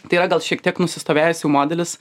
tai yra gal šiek tiek nusistovėjęs jau modelis